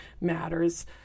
matters